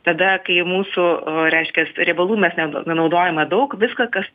tada kai mūsų a reiškias riebalų mes nenaudojame daug viską kas